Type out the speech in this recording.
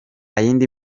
yindi